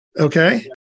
Okay